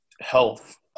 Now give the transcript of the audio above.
health